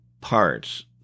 parts